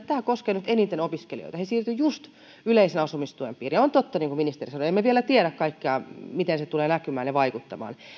tämä koskee nyt eniten opiskelijoita he siirtyivät just yleisen asumistuen piiriin ja on totta niin kuin ministeri sanoi että emme vielä tiedä kaikkea miten se tulee näkymään ja vaikuttamaan